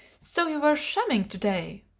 so you were shamming to-day!